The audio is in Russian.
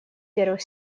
первых